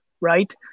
right